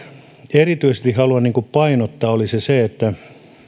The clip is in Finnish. erityisesti haluaisin painottaa olisi se että